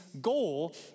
goal